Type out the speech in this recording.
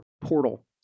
portal